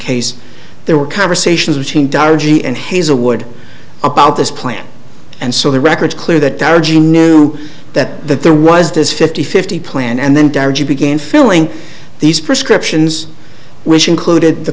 case there were conversations between dire g and his award about this plan and so the record is clear that our g knew that that there was this fifty fifty plan and then began filling these prescriptions which included the